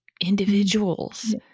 individuals